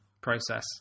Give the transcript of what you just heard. process